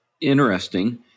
interesting